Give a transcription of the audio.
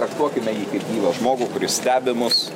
traktuokime jį kaip gyvą žmogų kuris stebi mus